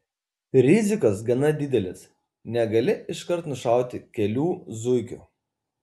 rizikos gana didelės negali iškart nušauti kelių zuikių